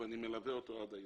ואני מלווה אותו עד היום.